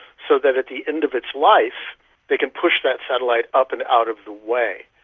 so that at the end of its life they can push that satellite up and out of the way.